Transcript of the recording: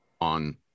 on